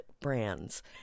brands